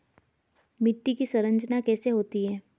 मिट्टी की संरचना कैसे होती है?